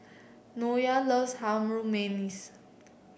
Nya loves Harum Manis